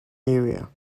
area